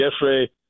yesterday